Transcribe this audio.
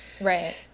Right